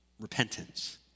Repentance